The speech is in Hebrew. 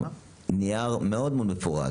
להוציא נייר מאוד מאוד מפורט.